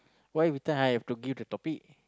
why every time I have to give the topic